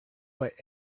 what